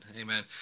Amen